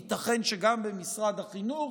ייתכן שגם במשרד החינוך,